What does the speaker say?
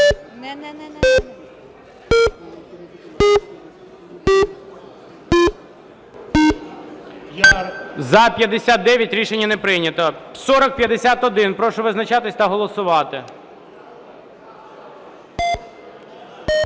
За-59 Рішення не прийнято. 4051. Прошу визначатись та голосувати.